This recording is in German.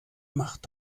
macht